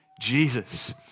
Jesus